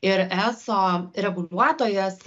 ir eso reguliuotojas